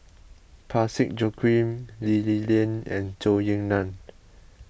Parsick Joaquim Lee Li Lian and Zhou Ying Nan